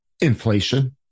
Inflation